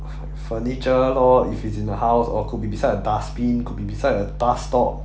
furniture lor if it's in a house or could be beside a dustbin could be beside a bus stop